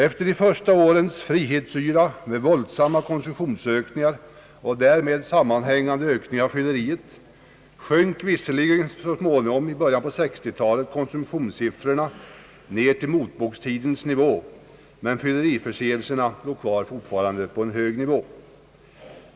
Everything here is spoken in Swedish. Efter de första årens frihetsyra med:' våldsamma konsumtionsökningar och därmed sammanhängande ökning av fylleriet sjönk visserligen så småningom i början på 1960-talet konsumtionssiffrorna ned till motbokstidens nivå, men fylleriförseelserna låg fortfarande kvar på en hög nivå.